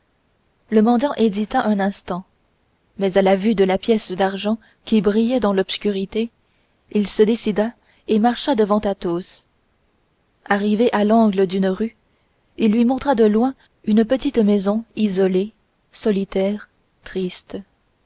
le mendiant hésita un instant mais à la vue de la pièce d'argent qui brillait dans l'obscurité il se décida et marcha devant athos arrivé à l'angle d'une rue il lui montra de loin une petite maison isolée solitaire triste